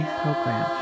program